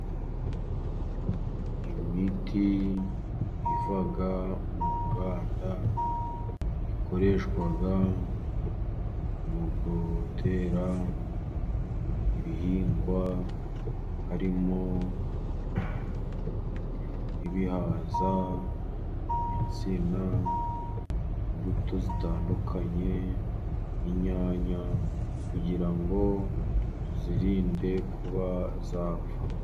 Imiti iva mu nganda ikoreshwa mu gutera ibihingwa harimo : ibihaza, insina ,imbuto zitandukanye n'inyanya, kugira ngo tuzirinde kuba zapfa.